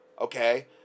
Okay